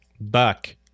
Buck